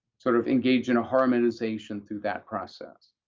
sort of engage in a harmonization through that process.